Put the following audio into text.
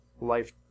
life